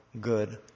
good